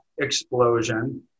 explosion